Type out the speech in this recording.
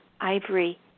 ivory